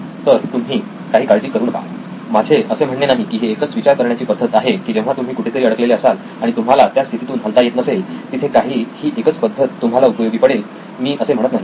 तर तुम्ही काही काळजी करू नका माझे असे म्हणणे नाही की ही एकच विचार करण्याची पद्धत आहे की जेव्हा तुम्ही कुठेतरी अडकलेले असाल आणि तुम्हाला त्या स्थितीतून हलता येत नसेल तिथे काही ही एकच पद्धत तुम्हाला उपयोगी पडेल मी असे म्हणत नाही